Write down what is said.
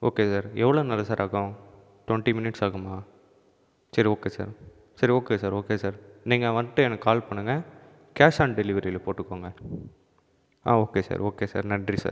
okay sir எவ்வளோ நாளு sir ஆகும் டுவெண்ட்டி மினிட்ஸ்சாகுமா சரி ஓகே சார் சரி ஓகே சார் ஓகே சார் நீங்கள் வந்துட்டு எனக்கு கால் பண்ணுங்கள் கேஸ்ஆன் டெலிவரியில்லை போட்டுக்கோங்கள் ஓகே சார் ஓகே சார் நன்றி சார்